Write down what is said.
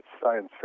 science